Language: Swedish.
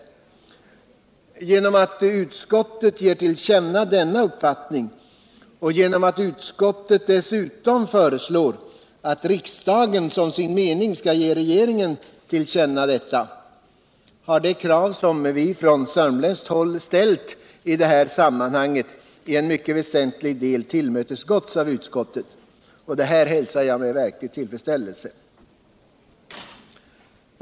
Genom att utskottet uttalar denna uppfattning och genom att utskottet också föreslår att riksdagen som sin mening skall ge regeringen till känna detta har de krav som vi från sörmländskt håll ställt i dot här sammanhanget i en mycket väsentlig det tillmötesgåtts av utskouet. Och det hälsar jag med verklig tillfredsställelse.